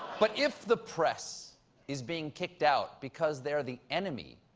but if the press is being kicked out because they are the enemy,